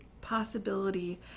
possibility